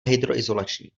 hydroizolační